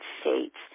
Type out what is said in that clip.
States